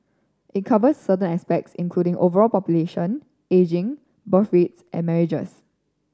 it covers certain aspects including overall population ageing birth rate and marriages